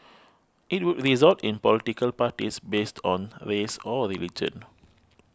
it would result in political parties based on race or religion